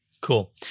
Cool